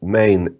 main